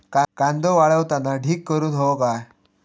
कांदो वाळवताना ढीग करून हवो काय?